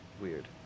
weird